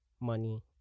money